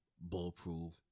Bulletproof